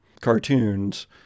cartoons